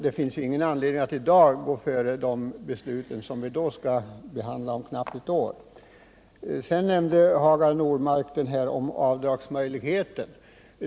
Det finns således ingen anledning att i dag förekomma de beslut som vi senare skall fatta, troligen om knappt ett år. Sedan nämnde Hagar Normark avdragsmöjligheterna.